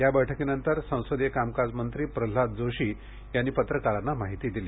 या बैठकीनंतर संसदीय कामकाज मंत्री प्रह्लाद जोशी यांनी याबाबत पत्रकारांना माहिती दिली